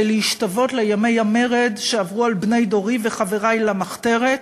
להשתוות לימי המרד שעברו על בני דורי וחברי למחתרת,